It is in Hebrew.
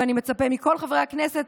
ואני מצפה מכל חברי הכנסת,